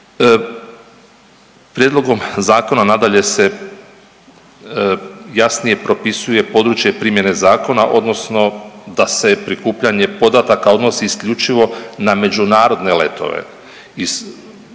Prijedlogom zakona nadalje se jasnije propisuje područje primjene zakona odnosno da se prikupljanje podataka odnosi isključivo na međunarodne letove